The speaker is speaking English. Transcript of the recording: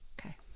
Okay